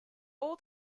all